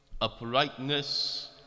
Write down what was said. uprightness